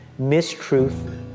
mistruth